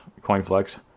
CoinFlex